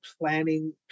planning